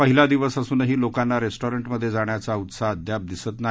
पहिला दिवस असूनही लोकांना रेस्टॉरंटमध्ये जाण्याचा उत्साह अद्याप दिसत नाही